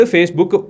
Facebook